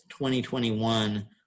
2021